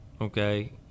Okay